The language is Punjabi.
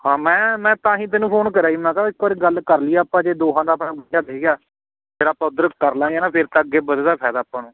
ਹਾਂ ਮੈਂ ਮੈਂ ਤਾਂ ਹੀ ਤੈਨੂੰ ਫੋਨ ਕਰਿਆ ਸੀ ਮੈਂ ਕਿਹਾ ਇੱਕ ਵਾਰੀ ਗੱਲ ਕਰ ਲਈਏ ਆਪਾਂ ਜੇ ਦੋਹਾਂ ਦਾ ਆਪਣਾ ਠੀਕ ਆ ਫਿਰ ਆਪਾਂ ਉੱਧਰ ਕਰ ਲਾਂਗੇ ਨਾ ਫਿਰ ਤਾਂ ਅੱਗੇ ਵਧੇਦਾ ਫਾਇਦਾ ਆਪਾਂ ਨੂੰ